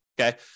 okay